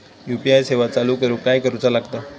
UPI सेवा चालू करूक काय करूचा लागता?